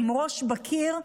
עם ראש בקיר,